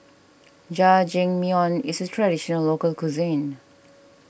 Jajangmyeon is a Traditional Local Cuisine